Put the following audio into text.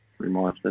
Remastered